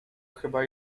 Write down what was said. chyba